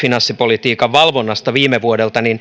finanssipolitiikan valvonnasta viime vuodelta